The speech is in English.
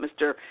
Mr